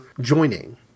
joining